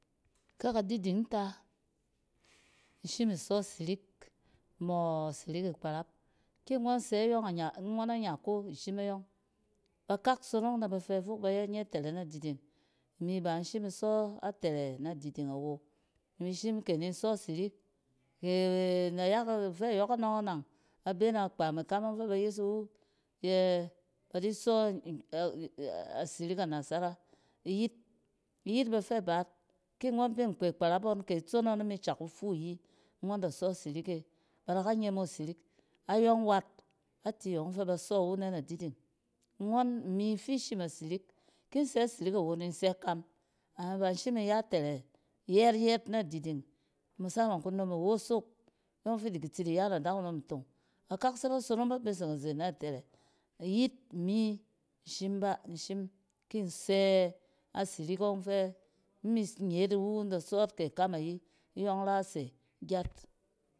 Kyɛ kadiding ta, in shim isↄ sirik mↄↄ asirik ikparap. Ki ngↄn sɛ yↄng anya-ngↄn anyako ishim ayↄng. bakak sonong naba fɛ fok na ban ye atɛrɛ nadiding. Imi shim kyɛ ninsↄ sirik nayak afɛ yↄkↄnↄng anang, ba be na kpam ikam ↄng fɛ ba yes iwu yɛ a si sↄ sirik a nasara. Iyit, iyit bafɛ baat, ki ngↄn bɛ nkpe kparap ngↄn da sↄ sirik e ba da ka nye mo sirik. Ayↄng wat a ti yↄng fɛ ba sↄ wu nɛ na diding. Ngↄn-imi fi shim asirik kin sɛ sirik awo ni in sɛ kam. A ba in shim in ya tɛrɛ yɛt-yɛt nadiding musaman nunom inoso yↄng fi da tsi di yan adakunom ntong. Bakak se ba sonong ba beseng izen na tɛrɛ, iyit, imi in shim ba. In shim kin sɛ asirik ↄng fɛ imi nyet iwu in da sↄt kɛ ikam ayi inyↄng ra se gyat.